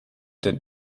den